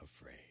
afraid